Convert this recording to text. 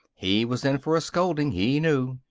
he was in for a scolding, he knew.